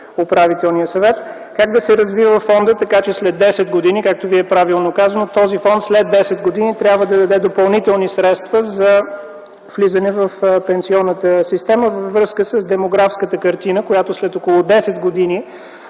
Управителния съвет - как да се развива фондът, така че след 10 години (както Вие правилно казахте), този фонд да даде допълнителни средства за влизане в пенсионната система във връзка с демографската картина, която след около 10 години